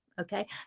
okay